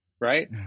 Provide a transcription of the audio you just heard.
Right